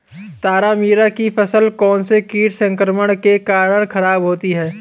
तारामीरा की फसल कौनसे कीट संक्रमण के कारण खराब होती है?